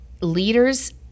leaders